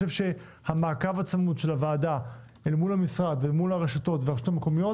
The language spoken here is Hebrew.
המעקב הצמוד של הוועדה מול המשרד ומול הרשתות והרשויות המקומיות